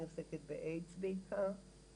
אני עוסקת באיידס בעיקר,